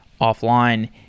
offline